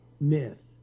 myth